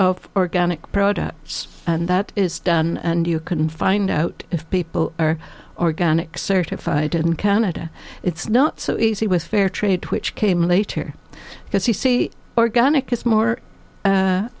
of organic products and that is done and you can find out if people are organic certified in canada it's not so easy with fairtrade which came later because you see organic is more